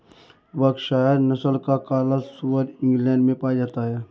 Berkshire नस्ल का काला सुअर इंग्लैण्ड में पाया जाता है